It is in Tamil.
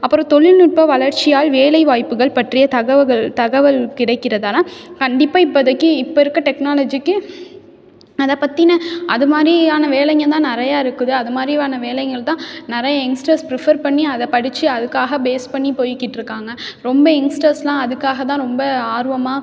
அப்புறம் தொழில்நுட்ப வளர்ச்சியால் வேலை வாய்ப்புகள் பற்றிய தகவுகள் தகவல் கிடைக்கிறதுனா கண்டிப்பாக இப்போதைக்கி இப்போ இருக்க டெக்னாலஜிக்கு அதை பற்றின அது மாதிரியான வேலைங்க தான் நிறையா இருக்குது அது மாரியான வேலைகள் தான் நிறைய யங்ஸ்டர்ஸ் ப்ரிஃபர் பண்ணி அதை படித்து அதுக்காக பேஸ் பண்ணி போய்க்கிட்ருக்காங்க ரொம்ப யங்ஸ்டர்ஸுலாம் அதுக்காக தான் ரொம்ப ஆர்வமாக